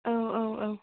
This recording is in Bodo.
औ औ औ